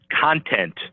content